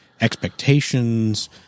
expectations